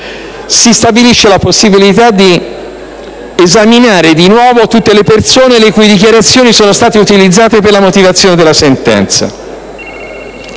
si stabilisce la possibilità di esaminare di nuovo tutte le persone le cui dichiarazioni sono state utilizzate per la motivazione della sentenza.